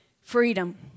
freedom